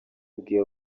yabwiye